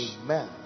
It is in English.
Amen